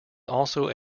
also